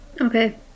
okay